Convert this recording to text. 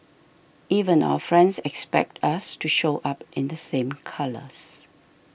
even our friends expect us to show up in the same colours